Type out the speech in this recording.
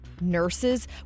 nurses